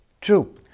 True